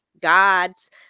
God's